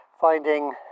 finding